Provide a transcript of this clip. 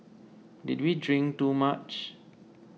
did we drink too much